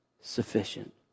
sufficient